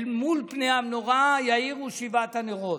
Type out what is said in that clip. אל מול פני המנורה יאירו שבעת הנרות.